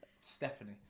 Stephanie